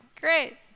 Great